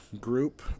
group